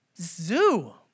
zoo